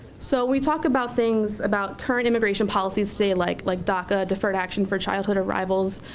so we talk about things about current immigration policies today like like daca deferred action for childhood arrivals,